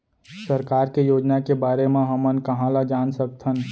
सरकार के योजना के बारे म हमन कहाँ ल जान सकथन?